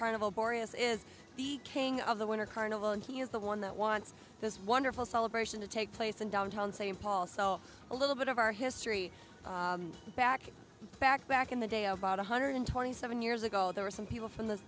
boreas is the king of the winter carnival and he is the one that wants this wonderful celebration to take place in downtown st paul so a little bit of our history back back back in the day about one hundred twenty seven years ago there were some people from the